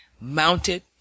mounted